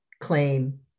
claim